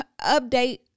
update